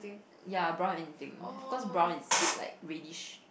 ya brown anything because brown is a bit like reddish